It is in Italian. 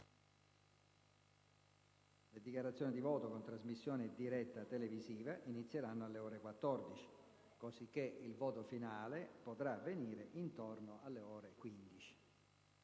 Le dichiarazioni di voto, con trasmissione diretta televisiva, inizieranno alle ore 14, cosicché il voto finale potrà avvenire intorno alle ore 15.